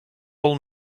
all